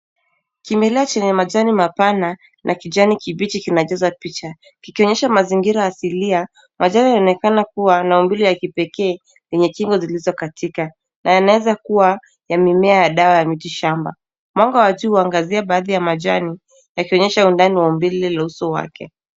Kimelea chenye majani mapana na kijani kibichi kinajaza picha, kikionyesha mazingira asilia yanayoonekana kuwa na umbile ya kipekee yenye kingo zilizokatika na yanaweza kuwa ya mimea ya dawa ya miti shamba. Mwanga wa juu unaangazia baadhi ya majani yakionyesha undani wa umbile la uso wake.